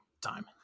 time